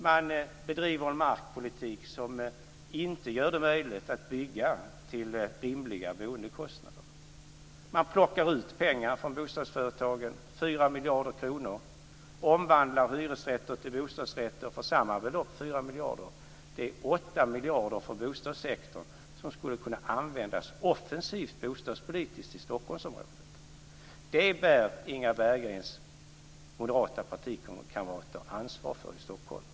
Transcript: Man bedriver en markpolitik som inte gör det möjligt att bygga till rimliga boendekostnader. Man plockar ut pengar från bostadsföretagen - 4 miljarder kronor - och omvandlar hyresrätter till bostadsrätter för samma belopp. Det är 8 miljarder för bostadssektorn som skulle kunna användas offensivt bostadspolitiskt i Stockholmsområdet. Det bär Inga Berggrens moderata partikamrater ansvar för i Stockholm.